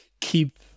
keep